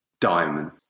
diamond